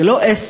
זה לא עסק